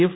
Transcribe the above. F